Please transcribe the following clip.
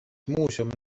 muuseum